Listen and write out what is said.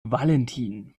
valentin